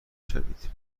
شوید